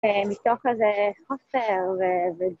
ומתוך איזה חוסר ו...